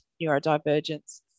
neurodivergence